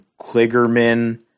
Kligerman